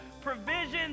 provisions